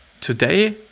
today